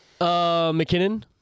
McKinnon